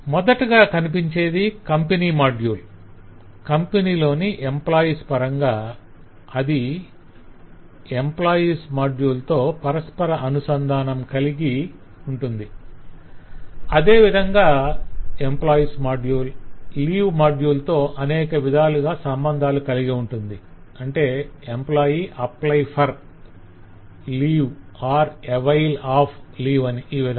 మొదటగా కనిపించేది company module company లోని ఎంప్లాయిస్ పరంగా company 'has' employees అది ఎంప్లాయిస్ మాడ్యుల్ తో పరస్పర అనుసంధానం కలిగి ఉంటుంది అదే విధంగా ఎంప్లాయిస్ మాడ్యుల్ లీవ్ మాడ్యుల్ తో అనేక విధాలుగా సంబంధాలు కలిగి ఉంటుంది employee 'apply for' leave or 'avail of' leave' అని ఈ విధంగా